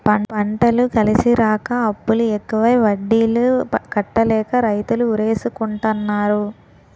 పంటలు కలిసిరాక అప్పులు ఎక్కువై వడ్డీలు కట్టలేక రైతులు ఉరేసుకుంటన్నారు